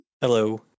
Hello